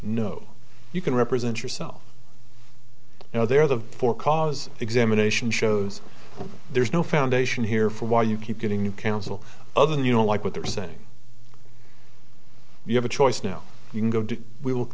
no you can represent yourself you know they're there for cause examination shows there's no foundation here for why you keep getting new counsel other than you don't like what they're saying you have a choice now you can go to we look